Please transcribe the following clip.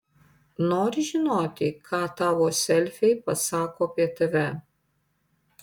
nori sužinoti ką tavo selfiai pasako apie tave